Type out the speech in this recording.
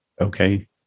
Okay